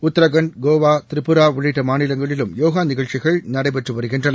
உத்ராகண்ட் கோவா திரிபுரா உள்ளிட்ட மாநிலங்களிலும் யோகா நிகழ்ச்சிகள் நடைபெற்று வருகின்றன